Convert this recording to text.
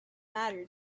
mattered